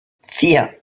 vier